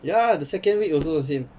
ya the second week also the same